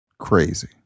Crazy